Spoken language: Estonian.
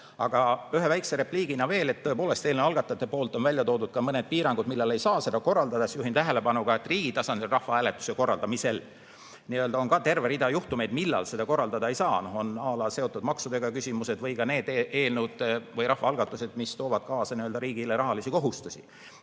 Aga ühe väikese repliigina veel ütlen, et tõepoolest, eelnõu algatajad on välja toonud mõned piirangud, millal ei saa seda korraldada. Juhin tähelepanu, et riigi tasandil rahvahääletuse korraldamisel on terve rida juhtumeid, millal seda korraldada ei saa:à lamaksudega seotud küsimused või ka need eelnõud-rahvaalgatused, mis toovad kaasa riigile rahalisi kohustusi.